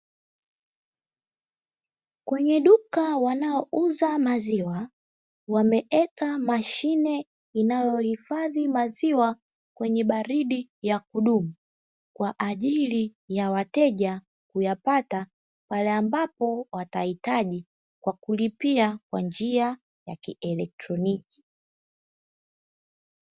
Kwenye duka wanaouza maziwa wameweka mashine inayohifadhi maziwa kwenye baridi ya kudumu, kwa ajili ya wateja kuyapata pale ambapo watahitaji kwa kulipia kwa njia ya kielektroniki.